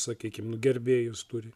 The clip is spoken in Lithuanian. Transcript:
sakykim nu gerbėjus turi